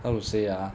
I would say lah !huh!